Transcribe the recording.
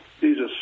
jesus